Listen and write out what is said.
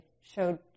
showed